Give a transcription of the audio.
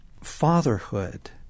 Fatherhood